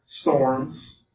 storms